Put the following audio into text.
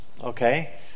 Okay